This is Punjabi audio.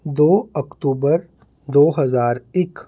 ਦੋ ਅਕਤੂਬਰ ਦੋ ਹਜ਼ਾਰ ਇੱਕ